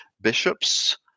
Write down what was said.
bishops